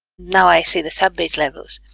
now i see the sub-base levels,